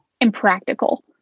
impractical